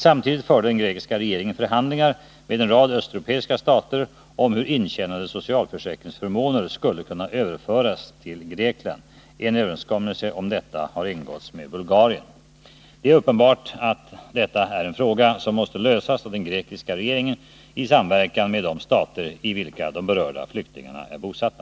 Samtidigt förde den grekiska regeringen förhandlingar med en rad östeuropeiska stater om hur intjänade socialförsäkringsförmåner skulle kunna överföras till Grekland. En överenskommelse om detta har ingåtts med Bulgarien. Det är uppenbart att detta är en fråga som måste lösas av den grekiska regeringen i samverkan med de stater i vilka de berörda flyktingarna är bosatta.